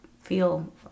feel